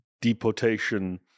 deportation